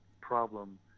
problem